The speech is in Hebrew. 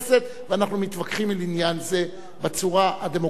ואנחנו מתווכחים על עניין זה בצורה הדמוקרטית ביותר.